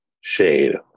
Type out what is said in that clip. shade